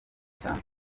cyane